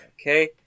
Okay